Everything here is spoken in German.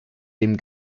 dem